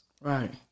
Right